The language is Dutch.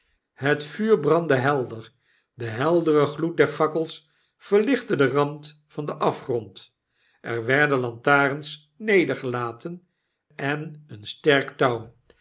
het vuur brandde helder de heldere gloed der fakkels verlichte den rand van den afgrond er werden lantarens nedergelaten en een sterk touw